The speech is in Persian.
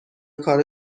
کار